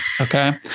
Okay